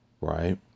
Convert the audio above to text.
right